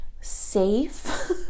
safe